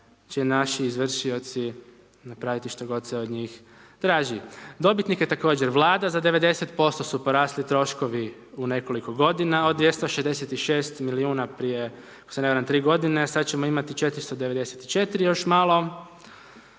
će i naši izvršioci napraviti što god se od njih traži. Dobitnik je također Vlada za 90% su porasli troškovi u nekoliko godina od 266 milijuna prije ako se ne varam 3 godine, sada ćemo imati 494 još malo.